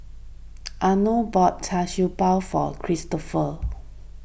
Arno bought Char Siew Bao for Kristoffer